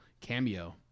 cameo